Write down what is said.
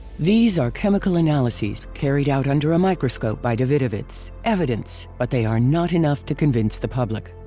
these are chemical analyzes carried out under a microscope by davidovits, evidence, but they are not enough to convince the public.